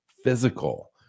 physical